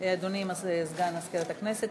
אדוני סגן מזכירת הכנסת,